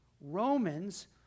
Romans